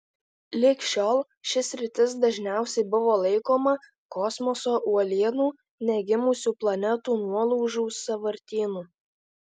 lig šiol ši sritis dažniausiai buvo laikoma kosmoso uolienų negimusių planetų nuolaužų sąvartynu